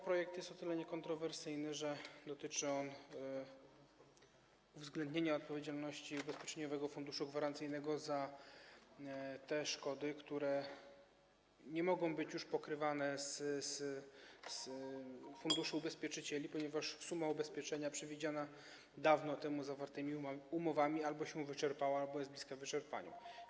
Projekt jest o tyle niekontrowersyjny, że dotyczy uwzględnienia odpowiedzialności Ubezpieczeniowego Funduszu Gwarancyjnego za te szkody, które nie mogą być już pokrywane z funduszu ubezpieczycieli, ponieważ suma ubezpieczenia przewidziana zawartymi dawno temu umowami albo się wyczerpała, albo jest bliska wyczerpania.